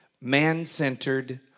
man-centered